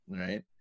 right